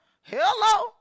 hello